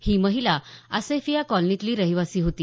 ही महिला आसेफिया कॉलनीतली रहिवासी होती